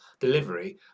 delivery